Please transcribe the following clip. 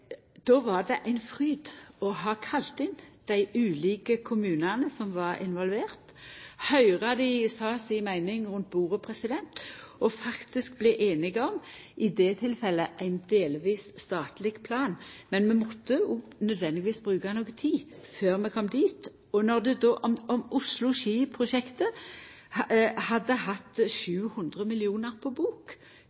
Då var det ein fryd å kalla inn dei ulike kommunane som var involverte, høyra deira meining rundt bordet og faktisk bli samde om, i det tilfellet, ein delvis statleg plan. Men vi måtte nødvendigvis bruke noka tid før vi kom dit. Om Oslo–Ski-prosjektet hadde hatt